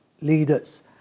leaders